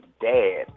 dad